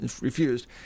refused